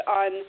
on